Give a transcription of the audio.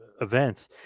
events